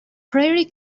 prairie